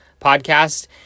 podcast